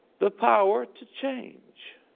the power to change.